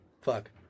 Fuck